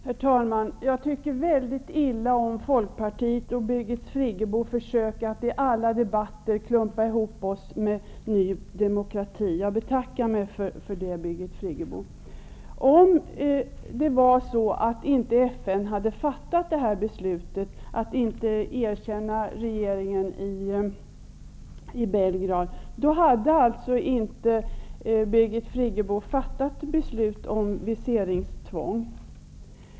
Herr talman! Jag tycker väldigt illa om Folkpartiets och Birgit Friggebos försök att i alla debatter klumpa ihop oss med Ny demokrati. Jag betackar mig för det, Birgit Friggebo. Om FN inte hade fattat beslutet att inte erkänna regeringen i Belgrad, hade alltså Birgit Friggebo inte fattat beslut om viseringstvång?